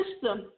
system